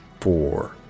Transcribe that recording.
four